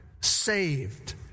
saved